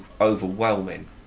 overwhelming